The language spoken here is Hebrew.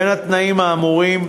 בין התנאים האמורים,